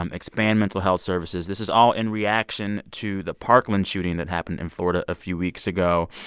um expand mental health services. this is all in reaction to the parkland shooting that happened in florida a few weeks ago.